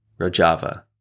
Rojava